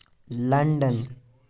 London